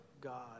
God